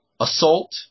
assault